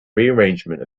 rearrangement